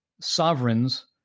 sovereigns